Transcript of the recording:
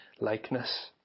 likeness